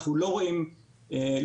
אנחנו לא רואים התפשטות.